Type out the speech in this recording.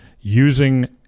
using